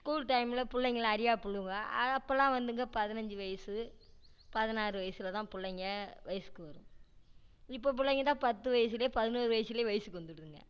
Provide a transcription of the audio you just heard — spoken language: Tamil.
ஸ்கூல் டைமில் பிள்ளைங்கள அறியாப்பிள்ளைவோ அது அப்போல்லாம் வந்துங்க பதினைஞ்சு வயசு பதினாறு வயசில் தான் பிள்ளைங்க வயசுக்கு வரும் இப்போ பிள்ளைங்க தான் பத்து வயசுலேயே பதினொரு வயசுலேயே வயசுக்கு வந்துடுதுங்க